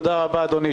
אדוני.